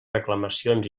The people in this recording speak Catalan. reclamacions